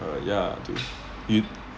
uh ya to it